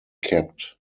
kept